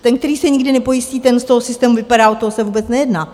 Ten, který se nikdy nepojistí, ten z toho systému vypadá, o toho se vůbec nejedná.